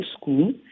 school